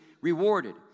rewarded